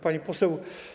Pani Poseł!